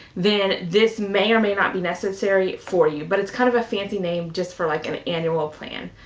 then this may or may not be necessary for you. but it's kind of a fancy name just for like, an annual plan.